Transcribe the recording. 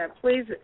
please